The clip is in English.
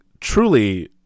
truly